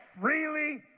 freely